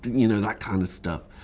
you know, that kind of stuff.